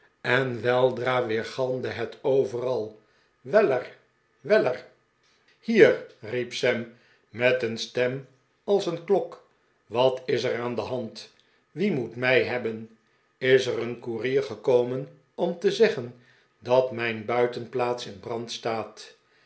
en weldra weergalmde het overal weller weller hier riep sam met een stem als een klok wat is er aan de hand wie moet mij hebben is er een koerier gekomen om te zeggen dat mijn buitenplaats in brand staat